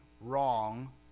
wrong